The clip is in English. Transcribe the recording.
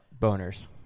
boners